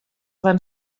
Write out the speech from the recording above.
van